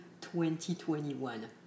2021